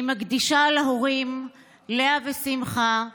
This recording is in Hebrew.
אני מקדישה להורים לאה ושמחה,